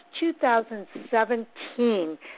2017